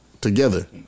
together